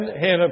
Hannah